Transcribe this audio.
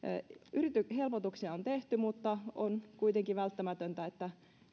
helpotuksia on tehty mutta on kuitenkin välttämätöntä että